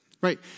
Right